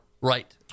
Right